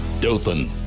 Dothan